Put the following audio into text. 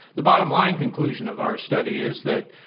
the bottom line conclusion of our study is that,